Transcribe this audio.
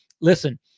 Listen